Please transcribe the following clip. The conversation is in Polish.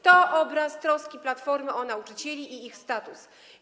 To obraz troski Platformy o nauczycieli i ich status.